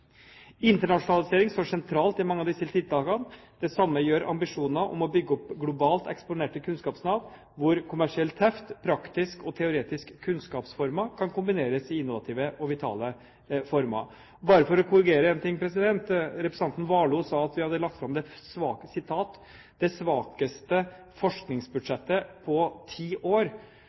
Internasjonalisering står sentralt i mange av disse tiltakene – det samme gjør ambisjoner om å bygge opp globalt eksponerte kunnskapsnav hvor kommersiell teft, praktiske og teoretiske kunnskapsformer kan kombineres i innovative og vitale former. Og bare for å korrigere én ting: Representanten Warloe sa at vi hadde lagt fram – og jeg siterer – «det svakeste forskningsbudsjettet på ti år».